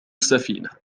السفينة